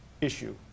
issue